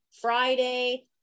Friday